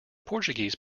portuguese